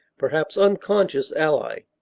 perhaps unconscious, ally.